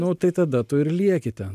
nu tai tada tu ir lieki ten